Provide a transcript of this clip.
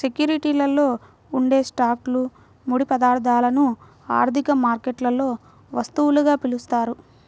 సెక్యూరిటీలలో ఉండే స్టాక్లు, ముడి పదార్థాలను ఆర్థిక మార్కెట్లలో వస్తువులుగా పిలుస్తారు